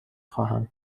خواهم